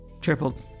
tripled